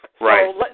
Right